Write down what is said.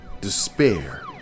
despair